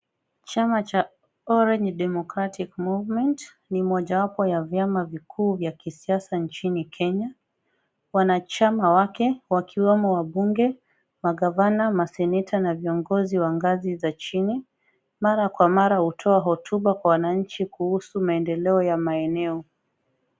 Chama cha Orange Democratic Movement ni mojawapo ya viama vikuu vya kisiasa nchini Kenya, wanachama wake wakiwemo wabunge, magavana ,maseneta na viongozi wa ngazi za chini ,mara kwa mara utoa hotuba kuhusu maendeleo ya maeneo.